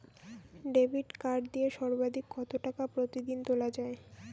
Debit card দিয়ে সর্বাধিক কত টাকা প্রতিদিন তোলা য়ায়?